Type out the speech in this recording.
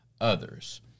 others